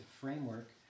Framework